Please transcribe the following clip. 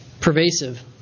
pervasive